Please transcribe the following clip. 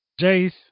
Jace